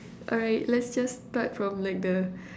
alright let's just start from like the